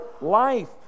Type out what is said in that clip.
life